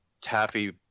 taffy